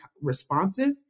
responsive